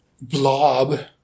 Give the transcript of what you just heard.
blob